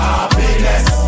Happiness